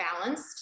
balanced